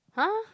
!huh!